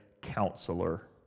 counselor